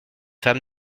femme